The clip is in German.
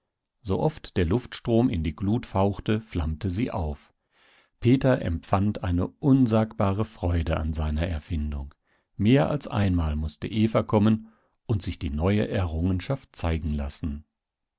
sooft der luftstrom in die glut fauchte flammte sie auf peter empfand eine unsagbare freude an seiner erfindung mehr als einmal mußte eva kommen und sich die neue errungenschaft zeigen lassen